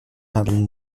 handeln